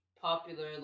popular